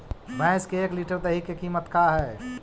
भैंस के एक लीटर दही के कीमत का है?